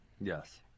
yes